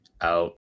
Out